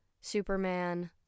Superman